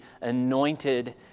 anointed